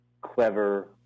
clever